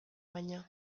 baina